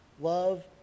Love